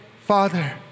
Father